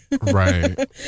Right